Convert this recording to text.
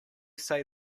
say